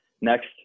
next